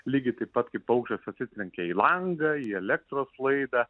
lygiai taip pat kaip paukštis atsitrenkia į langą į elektros laidą